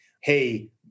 Hey